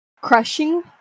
crushing